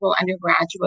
undergraduate